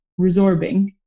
resorbing